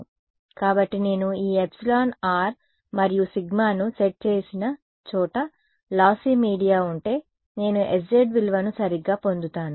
కాబట్టి నేను ఈ εr మరియు సిగ్మాను సెట్ చేసిన చోట లాస్సి మీడియా ఉంటే నేను sz విలువను సరిగ్గా పొందుతాను